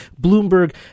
Bloomberg